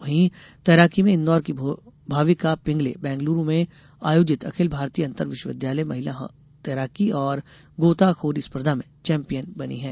वहीं तैराकी में इन्दौर की भाविका पिंगले बैंगलूरू में आयोजित अखिल भारतीय अंतर विश्वविद्यालय महिला तैराकी और गोताखोरी स्पर्धा में चैम्पियन बनी है